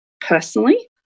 personally